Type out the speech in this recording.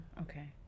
okay